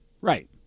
Right